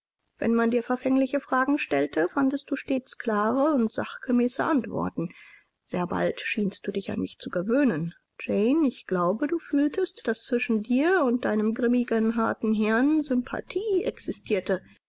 wenn man dir verfängliche fragen stellte fandest du stets klare und sachgemäße antworten sehr bald schienst du dich an mich zu gewöhnen jane ich glaube du fühltest daß zwischen dir und deinem grimmen harten herrn sympathie existierte